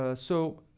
ah so.